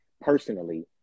personally